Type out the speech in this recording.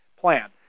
plan